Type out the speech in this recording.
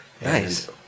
Nice